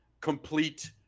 complete